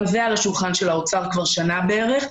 גם זה על השולחן של האוצר כבר שנה בערך.